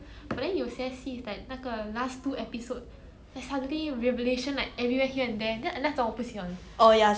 oh yeah same same 我也是不喜欢那种我看到很生气 like at first 那个戏 !wah! 很好 !wah! 那个 plot 很很好 then